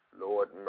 Lord